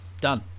Done